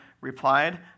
replied